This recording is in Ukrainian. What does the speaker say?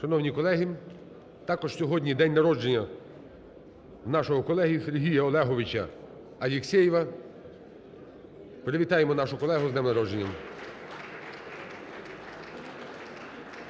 Шановні колеги, також сьогодні день народження нашого колеги Сергія Олеговича Алєксєєва. Привітаємо нашого колегу з днем народження.